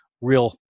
real